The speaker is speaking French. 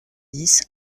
dix